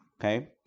Okay